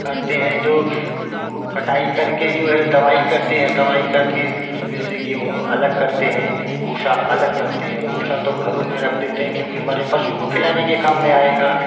काटते है तो कटाई कर के जो है दवाई करते है दवाई करके उसमे से गेहूँ अलग करते है भूसा अलग करते है भूसा तो घरों में रख देते है क्योंकि हमारे पशु को खिलाने के काम में आएगा